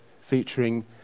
featuring